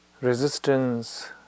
resistance